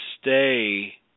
stay